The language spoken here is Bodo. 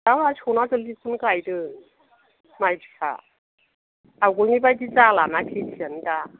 दा सनाजोलिखौनो गायदों माइ फिसा आवगोलनि बायदि जाला ना खेथियानो दा